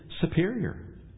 superior